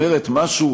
אומרת משהו